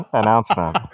announcement